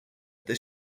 they